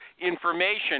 information